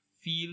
feel